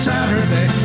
Saturday